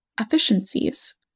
efficiencies